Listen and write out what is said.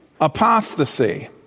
Apostasy